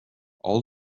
all